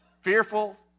Fearful